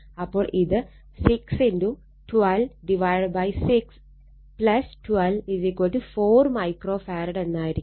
അപ്പോൾ ഇത് 6 126 12 4 microfarad എന്നായിരിക്കും